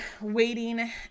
waiting